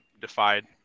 defied